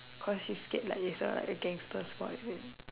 cause you scared like is a gangster spot is it